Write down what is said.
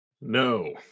No